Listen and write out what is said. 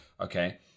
Okay